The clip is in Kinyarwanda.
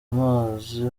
amazi